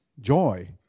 joy